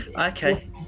okay